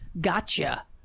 gotcha